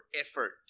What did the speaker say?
effort